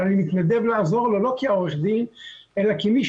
אבל אני מתנדב לעזור לו לא כעורך דין אלא כמי